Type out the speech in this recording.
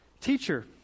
Teacher